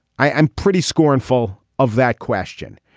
i am pretty scornful of that question.